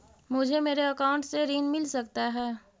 मुझे मेरे अकाउंट से ऋण मिल सकता है?